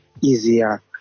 easier